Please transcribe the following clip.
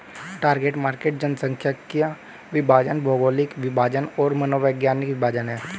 target market जनसांख्यिकीय विभाजन, भौगोलिक विभाजन और मनोवैज्ञानिक विभाजन हैं